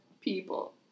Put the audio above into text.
people